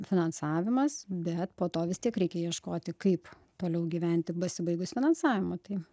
finansavimas bet po to vis tiek reikia ieškoti kaip toliau gyventi pasibaigus finansavimui tai